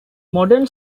modern